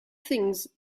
things